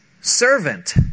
servant